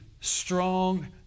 strong